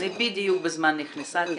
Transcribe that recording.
בדיוק בזמן היא נכנסה.